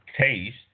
taste